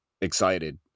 excited